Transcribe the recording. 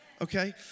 Okay